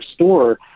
store